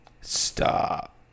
Stop